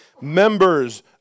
Members